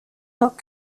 not